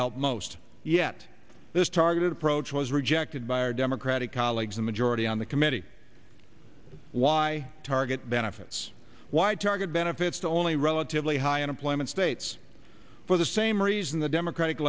help most yet this targeted approach was rejected by our democratic colleagues a majority on the committee why target benefits why target benefits to only relatively high unemployment states for the same reason the democratic